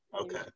Okay